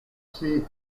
she